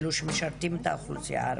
שמשרתות את האוכלוסייה הערבית.